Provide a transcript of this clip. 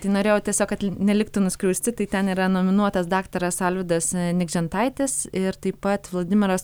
tai norėjau tiesiog neliktų nuskriausti tai ten yra nominuotas daktaras alvydas nikžentaitis ir taip pat vladimiras